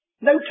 no